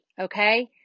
okay